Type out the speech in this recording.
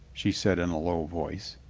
she said in a low voice.